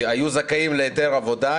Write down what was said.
שהיו זכאים להיתר עבודה,